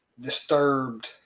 disturbed